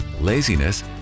laziness